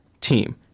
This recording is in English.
team